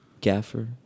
gaffer